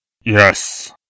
Yes